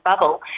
bubble